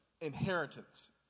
inheritance